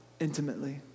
intimately